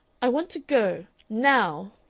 i want to go now!